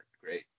great